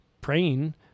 praying